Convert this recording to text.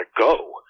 go